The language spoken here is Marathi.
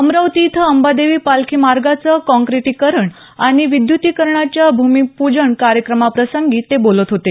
अमरावती इथं अंबादेवी पालखी मार्गाचं काँक्रीटीकरण आणि विद्यतीकरणाच्या भूमिपूजन कार्यक्रमाप्रसंगी ते बोलत होते